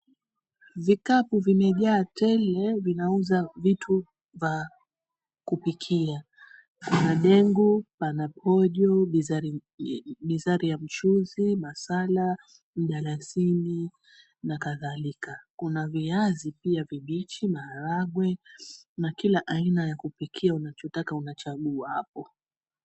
Vikapu vimejaa tele vinauza vitu vya kupikia. Pana dengu, pana pojo, bizari ya mchuzi, masala, mdalasini na kadhalika. Kuna viazi pia vibichi, maharagwe na kila aina ya kupikia unachotaka unachagua hapo.